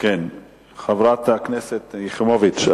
מה זה לקרוא להפסקת שביתה?